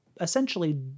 essentially